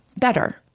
better